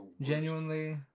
genuinely